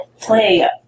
play